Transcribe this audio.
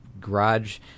garage